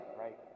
right